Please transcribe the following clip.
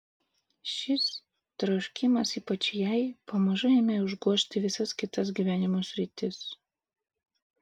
šis troškimas ypač jai pamažu ėmė užgožti visas kitas gyvenimo sritis